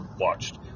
watched